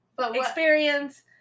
experience